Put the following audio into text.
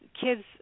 kids